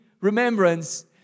remembrance